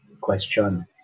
question